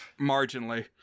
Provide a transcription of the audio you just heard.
Marginally